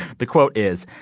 the quote is,